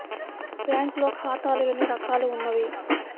బ్యాంక్లో ఖాతాలు ఎన్ని రకాలు ఉన్నావి?